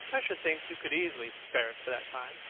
i should think you could easily spare it for that time.